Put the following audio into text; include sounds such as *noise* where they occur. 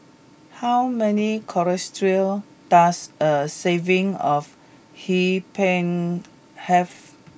how many colo *unintelligible* does a serving of Hee Pan have